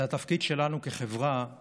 התפקיד שלנו כחברה הוא